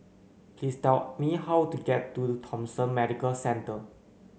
please tell me how to get to the Thomson Medical Centre